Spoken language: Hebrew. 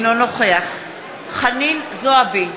אינו נוכח חנין זועבי,